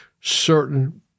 certain